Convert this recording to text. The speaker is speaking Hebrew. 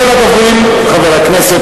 ראשון הדוברים,